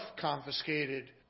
confiscated